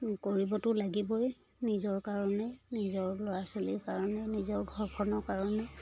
কৰিবতো লাগিবই নিজৰ কাৰণে নিজৰ ল'ৰা ছোৱালীৰ কাৰণে নিজৰ ঘৰখনৰ কাৰণে